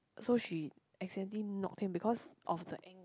so she accidentally knocked him because of the angle